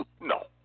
No